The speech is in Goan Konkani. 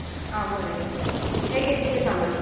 आं बरें हें गे तुजें सामान